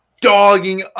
dogging